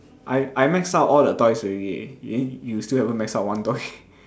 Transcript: I I maxed out all the toys already eh you you still haven't maxed out one toy